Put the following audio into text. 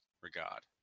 regard